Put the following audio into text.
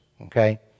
okay